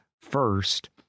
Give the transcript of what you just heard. first